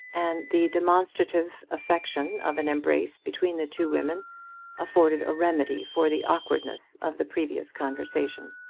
and the demonstrative affection of an embrace between the two women afforded a remedy for the awkwardness of the previous conversation.